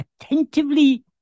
attentively